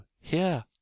here—